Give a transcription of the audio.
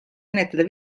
ennetada